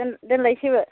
दोन दोननोसैबो